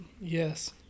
Yes